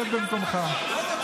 שב במקומך.